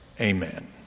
Amen